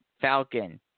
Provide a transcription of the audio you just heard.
Falcon